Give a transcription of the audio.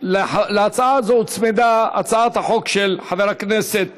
להצעה זו הוצמדה הצעת החוק של חבר הכנסת